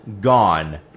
gone